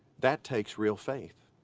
that takes real faith.